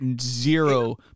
zero